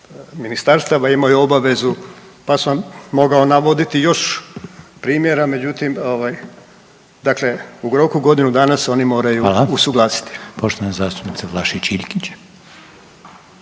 Ministarstava imaju obavezu, pa sam mogao navoditi još primjera, međutim, ovaj, dakle u roku godinu dana se oni moraju usuglasiti. **Reiner, Željko (HDZ)** Hvala. Poštovana zastupnica Vlašić Iljkić.